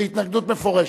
והתנגדות מפורשת.